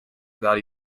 without